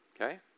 Okay